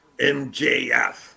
mjf